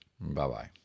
Bye-bye